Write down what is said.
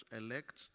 elect